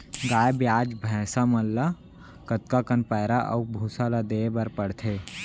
गाय ब्याज भैसा मन ल कतका कन पैरा अऊ भूसा ल देये बर पढ़थे?